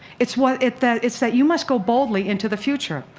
it's what it's that it's that you must go boldly into the future.